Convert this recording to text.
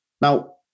Now